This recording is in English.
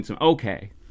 Okay